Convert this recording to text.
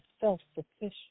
self-sufficient